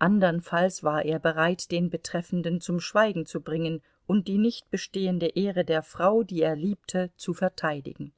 andernfalls war er bereit den betreffenden zum schweigen zu bringen und die nicht bestehende ehre der frau die er liebte zu verteidigen